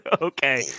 Okay